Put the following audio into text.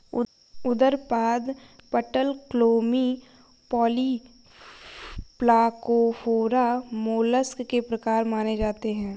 उदरपाद, पटलक्लोमी, polyplacophora, mollusc के प्रकार माने जाते है